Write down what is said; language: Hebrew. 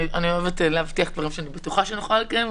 אני אוהבת להבטיח דברים שאני בטוחה שאוכל לקיים.